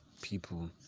people